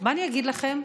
מה אגיד לכם,